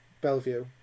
Bellevue